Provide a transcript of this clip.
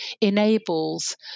enables